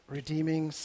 Redeeming